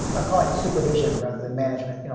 i'm calling it supervision, rather than management. you know